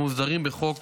המוסדרים בחוק